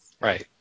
Right